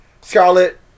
Scarlett